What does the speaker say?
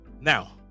Now